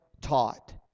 taught